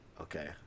okay